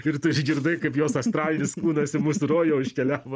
ir tu išgirdai kaip jos astralinis kūnas į musių rojų iškeliavo